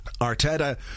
Arteta